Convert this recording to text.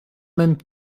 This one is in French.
même